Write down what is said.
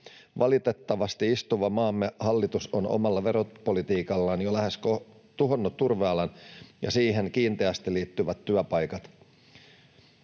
Valitettavasti maamme istuva hallitus on omalla veropolitiikallaan jo lähes tuhonnut turvealan ja siihen kiinteästi liittyvät työpaikat.